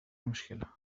المشكلة